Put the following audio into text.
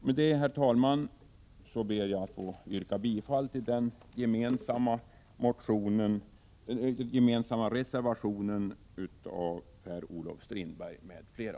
Med detta, herr talman, ber jag att yrka bifall till den för centern, folkpartiet och moderaterna gemensamma reservationen av Per-Olof Strindberg m.fl.